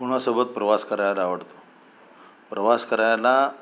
कुणासोबत प्रवास करायला आवडतं प्रवास करायला